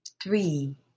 three